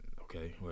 okay